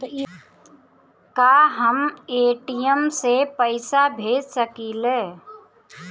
का हम ए.टी.एम से पइसा भेज सकी ले?